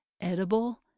edible